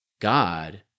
God